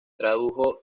tradujo